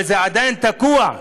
יש מסלולים כלשהם, אבל זה עדיין תקוע.